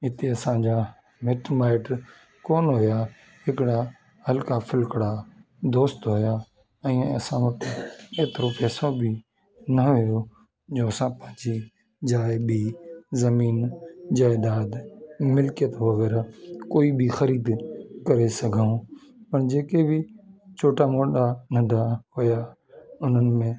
हिते असांजा मिट माइट्र कोनि हुआ हिकिड़ा हलका फुलकड़ा दोस्त हुआ ऐं असां वटि एतिरो पेसो बि न हुओ जो असां पंहिंजी ज़ाय ॿी ज़मीन ज़ाइदाद मिल्कीयत वग़ैरह कोई बि ख़रीद करे सघूं ऐं जेके बि छोटा मोटा नंढा हुआ उन्हनि में